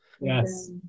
Yes